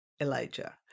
Elijah